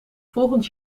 volgend